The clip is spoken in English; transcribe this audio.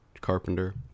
*Carpenter*